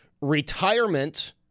retirement